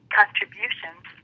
contributions